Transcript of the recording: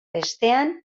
bestean